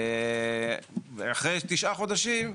ואחרי תשעה חודשים,